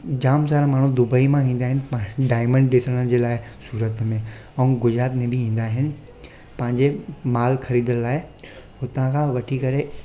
जाम सारा माण्हू दुबई मां ईंदा आहिनि डायमंड ॾिसण जे लाइ सूरत में ऐं गूजरात में बि ईंदा आहिनि पंहिंजे माल ख़रीदण लाइ उतां खां वठी करे